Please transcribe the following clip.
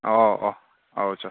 ꯑꯣ ꯑꯣ ꯑꯩ ꯆꯣ